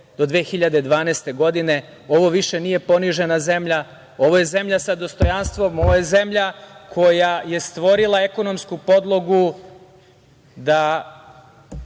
do 2012. godine. Ovo više nije ponižena zemlja. Ovo je zemlja sa dostojanstvom. Ovo je zemlja koja je stvorila ekonomsku podlogu da